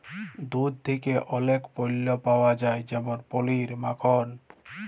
দুহুদ থ্যাকে অলেক পল্য পাউয়া যায় যেমল পলির, মাখল